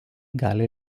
gali